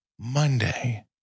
Monday